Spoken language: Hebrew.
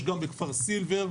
יש גם בכפר סילבר,